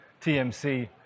TMC